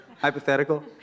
Hypothetical